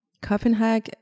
Copenhagen